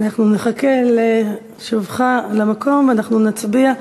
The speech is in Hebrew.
אנחנו נחכה לשובך למקום ואנחנו נצביע,